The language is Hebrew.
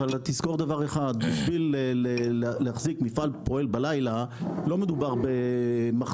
אבל תזכור דבר אחד: להחזיק מפעל פועל בלילה לא מדובר במחסנאי.